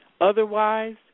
Otherwise